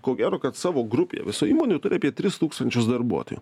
ko gero kad savo grupė visų įmonių apie tris tūkstančius darbuotojų